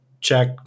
check